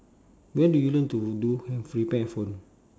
where do you learn to do handph~ repair phone